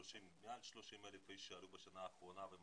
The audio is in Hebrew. מעל 30,000 איש שעל בשנה האחרונה והם